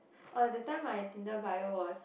oh that time my Tinder bio was